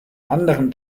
anderen